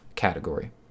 category